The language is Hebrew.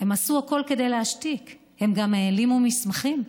עשו הכול כדי להשתיק, הן גם העלימו מסמכים,